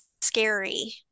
scary